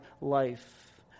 life